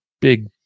big